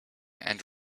and